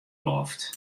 loft